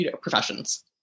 professions